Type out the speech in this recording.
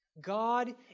God